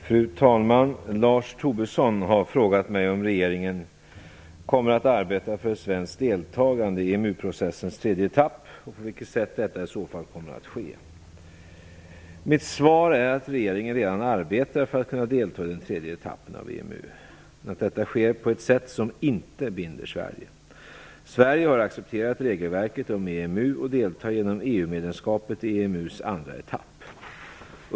Fru talman! Lars Tobisson har frågat mig om regeringen kommer att arbeta för ett svenskt deltagande i EMU-processens tredje etapp och på vilket sätt detta i så fall kommer att ske. Mitt svar är att regeringen redan arbetar för att kunna delta i den tredje etappen av EMU, men att detta sker på ett sätt som inte binder Sverige. Sverige har accepterat regelverket om EMU och deltar genom EU-medlemskapet i EMU:s andra etapp.